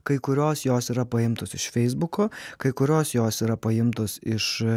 kai kurios jos yra paimtos iš feisbuko kai kurios jos yra paimtos iš